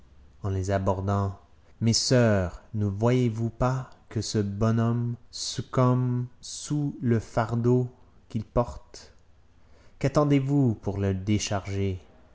en les abordant mes soeurs ne voyezvous pas que ce bon homme succombe sous le fardeau qu'il porte quattendez vous pour le décharger